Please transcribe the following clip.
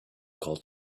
called